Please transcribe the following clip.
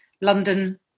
London